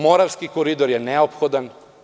Moravski koridor je neophodan.